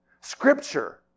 Scripture